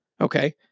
Okay